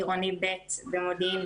עירוני ב' במודיעין,